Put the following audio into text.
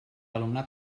alumnat